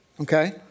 okay